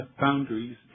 boundaries